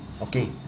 okay